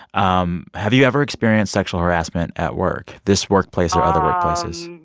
um have you ever experienced sexual harassment at work, this workplace or other workplaces?